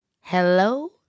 Hello